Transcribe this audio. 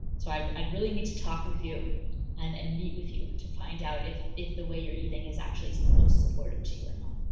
so i'd i'd really need to talk with you and and meet with you to find out if if the way you're eating is actually most supportive to you or not.